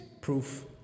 proof